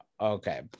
Okay